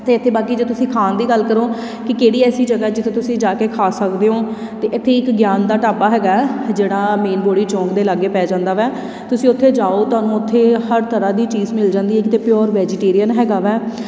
ਅਤੇ ਇੱਥੇ ਬਾਕੀ ਜੇ ਤੁਸੀਂ ਖਾਣ ਦੀ ਗੱਲ ਕਰੋ ਕਿ ਕਿਹੜੀ ਐਸੀ ਜਗ੍ਹਾ ਜਿੱਥੇ ਤੁਸੀਂ ਜਾ ਕੇ ਖਾ ਸਕਦੇ ਹੋ ਅਤੇ ਇੱਥੇ ਇੱਕ ਗਿਆਨ ਦਾ ਢਾਬਾ ਹੈਗਾ ਹੈ ਜਿਹੜਾ ਮੇਨ ਬੋੜੀ ਚੌਂਕ ਦੇ ਲਾਗੇ ਪੈ ਜਾਂਦਾ ਵੈ ਤੁਸੀਂ ਉੱਥੇ ਜਾਉ ਤੁਹਾਨੂੰ ਉੱਥੇ ਹਰ ਤਰ੍ਹਾਂ ਦੀ ਚੀਜ਼ ਮਿਲ ਜਾਂਦੀ ਹੈ ਜਿੱਥੇ ਪਿਓਰ ਵੈਜੀਟੇਰੀਅਨ ਹੈਗਾ ਵੈ